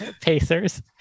Pacers